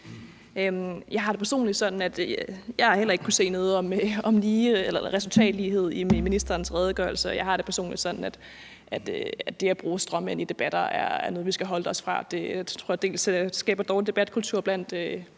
for ordet. Jeg har heller ikke kunnet se noget om resultatlighed i ministerens redegørelse, og jeg har det personligt sådan, at det at bruge stråmænd i debatter er noget, vi skal holde os fra. Jeg tror, at det skaber en dårlig debatkultur blandt